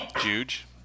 Juge